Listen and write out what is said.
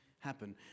Happen